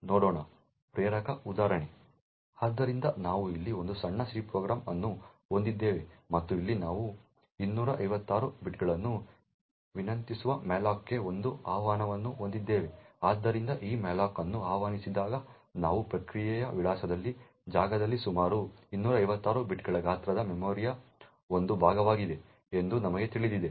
ಆದ್ದರಿಂದ ನಾವು ಇಲ್ಲಿ ಒಂದು ಸಣ್ಣ C ಪ್ರೋಗ್ರಾಂ ಅನ್ನು ಹೊಂದಿದ್ದೇವೆ ಮತ್ತು ಇಲ್ಲಿ ನಾವು 256 ಬೈಟ್ಗಳನ್ನು ವಿನಂತಿಸುವ malloc ಗೆ ಒಂದು ಆಹ್ವಾನವನ್ನು ಹೊಂದಿದ್ದೇವೆ ಆದ್ದರಿಂದ ಈ malloc ಅನ್ನು ಆಹ್ವಾನಿಸಿದಾಗ ನಾವು ಪ್ರಕ್ರಿಯೆಯ ವಿಳಾಸದಲ್ಲಿ ಜಾಗದಲ್ಲಿ ಸುಮಾರು 256 ಬೈಟ್ಗಳ ಗಾತ್ರದ ಮೆಮೊರಿಯ ಒಂದು ಭಾಗವಾಗಿದೆ ಎಂದು ನಮಗೆ ತಿಳಿದಿದೆ